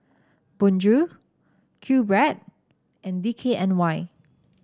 Bonjour QBread and D K N Y